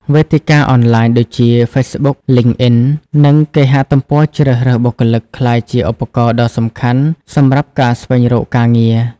វេទិកាអនឡាញដូចជា Facebook, LinkedIn និងគេហទំព័រជ្រើសរើសបុគ្គលិក ក្លាយជាឧបករណ៍ដ៏សំខាន់សម្រាប់ការស្វែងរកការងារ។